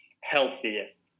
healthiest